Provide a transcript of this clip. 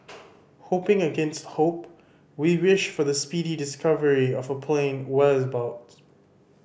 hoping against hope we wish for the speedy discovery of plane boats